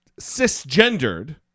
cisgendered